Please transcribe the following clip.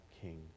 king